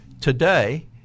today